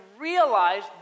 realize